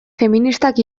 feministak